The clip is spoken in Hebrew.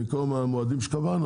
במקום המועדים שקבענו,